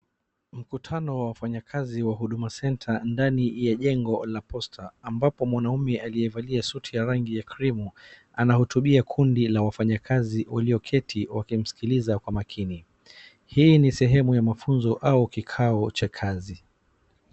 Mkutano wa wafanyakazi wa Huduma center ndani ya jengo la posta ambapo mwanaume aliyevalia suti ya rangi ya krimu anahutubia kundi la wafanyikazi walio keti wakimsikiliza kwa makini. Hii ni sehemu ya mafunzo au kikao cha kazi.